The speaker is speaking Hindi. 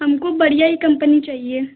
हमको बढ़िया ही कम्पनी चाहिए